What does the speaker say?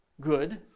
good